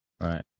Right